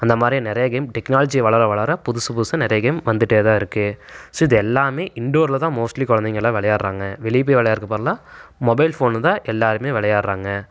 அந்த மாதிரி நிறைய கேம் டெக்னாலஜி வளர வளர புதுசு புதுசாக நிறைய கேம் வந்துகிட்டே தான் இருக்கு ஸோ இதெல்லாமே இண்டோரில் தான் மோஸ்ட்லி குழந்தைகளாம் விளையாட்றாங்க வெளியே போய் விளையாடுறத்துக்கு பதிலாக மொபைல் ஃபோனு தான் எல்லாருமே விளையாட்றாங்க